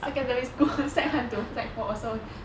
secondary school sec one to sec four also